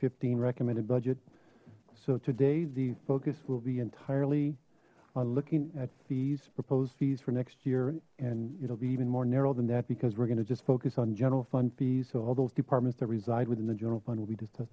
fifteen recommended budget so today the focus will be entirely on looking at fees proposed fees for next year and it'll be even more narrow than that because we're gonna just focus on general fund fees so all those departments that reside within the general fund will be